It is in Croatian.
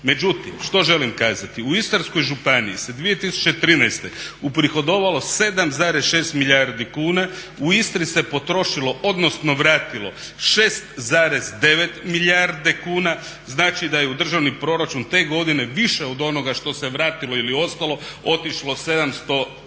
Međutim, što želim kazati? U Istarskoj županiji se 2013. uprihodovalo 7,6 milijardi kuna. U Istri se potrošilo, odnosno vratilo 6,9 milijardi kuna, znači da je u državni proračun te godine više od onoga što se vratilo ili ostalo otišlo 716 milijuna